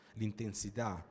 l'intensità